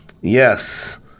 yes